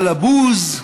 על הבוז,